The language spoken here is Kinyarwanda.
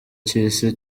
cy’isi